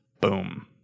Boom